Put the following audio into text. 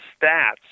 stats